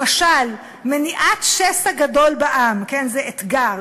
למשל מניעת שסע גדול בעם, כן, זה אתגר.